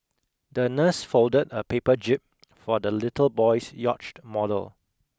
the nurse folded a paper jib for the little boy's yacht model